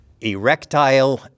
Erectile